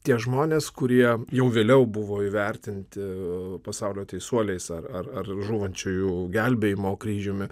tie žmonės kurie jau vėliau buvo įvertinti pasaulio teisuoliais ar ar ar žūvančiųjų gelbėjimo kryžiumi